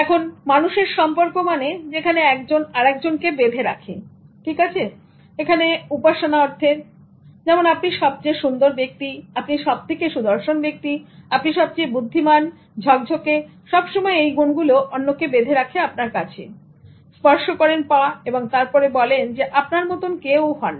এখন মানুষের সম্পর্ক মানে যেখানে একজন আরেকজনকে বেঁধে রাখে ঠিক আছে এখানে উপাসনা অর্থে যেমন আপনি সবচেয়ে সুন্দর ব্যক্তি আপনি সবথেকে সুদর্শন ব্যক্তি আপনি সবচেয়ে বুদ্ধিমান আপনি ঝকঝকে সব সময় এই গুনগুলো অন্যকে বেঁধে রাখে আপনার কাছে স্পর্শ করেন পা এবং তারপর বলেন যে আপনার মতন কেউ নন